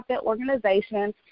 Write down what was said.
organization